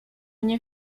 nie